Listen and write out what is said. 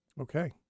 Okay